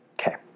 Okay